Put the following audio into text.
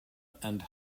and